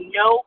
no